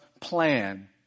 plan